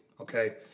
okay